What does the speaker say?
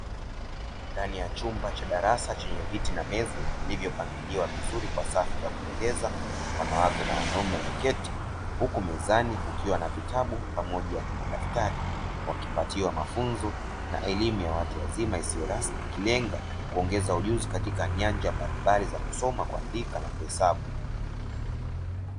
Ndani ya chumba cha darasa chenye viti na meza vilivyopangiliwa vizuri kwa safu za kupendeza, wanawake na wanaume wameketi huku mezani kukiwa na vitabu pamoja na madaftari wakipatiwa mafunzo na elimu ya watu wazima isiyo rasmi, ikilenga kuongeza ujuzi katika nyanja mbalimbali za kusoma, kuandika na kuhesabu.